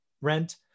rent